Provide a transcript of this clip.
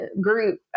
group